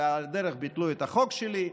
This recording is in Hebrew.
ועל הדרך ביטלו את החוק שלי,